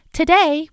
Today